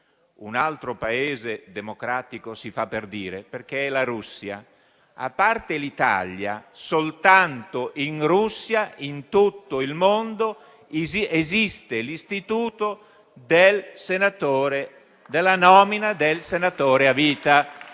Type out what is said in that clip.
un altro Paese democratico si fa per dire, perché è la Russia. A parte l'Italia, soltanto in Russia, in tutto il mondo, esiste l'istituto della nomina dei senatori a vita.